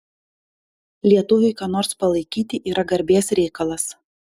lietuviui ką nors palaikyti yra garbės reikalas